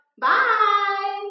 Bye